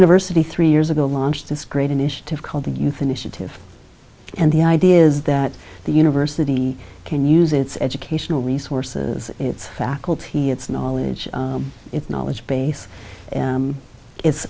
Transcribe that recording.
university three years ago launched this great initiative called the youth initiative and the idea is that the university can use its educational resources its faculty its knowledge its knowledge base it's